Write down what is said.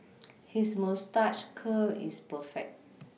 his moustache curl is perfect